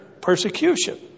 persecution